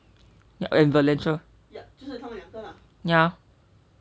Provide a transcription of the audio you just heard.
and valencia ya